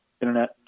Internet